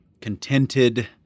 contented